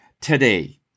today